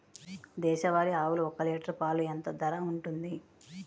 దేశవాలి ఆవులు ఒక్క లీటర్ పాలు ఎంత ధర ఉంటుంది?